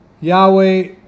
Yahweh